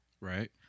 Right